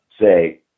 say